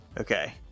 okay